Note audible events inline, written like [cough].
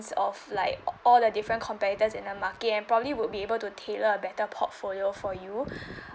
of like all the different competitors in the market and probably would be able to tailor a better portfolio for you [breath]